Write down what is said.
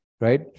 right